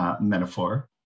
metaphor